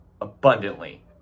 Abundantly